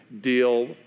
deal